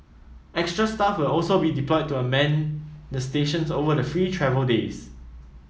extra staff will also be deployed to a man the stations over the free travel days